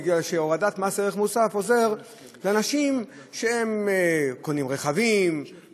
בגלל שהורדת מס ערך מוסף עוזרת לאנשים שקונים רכבים,